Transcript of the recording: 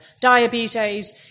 diabetes